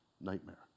nightmare